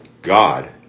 God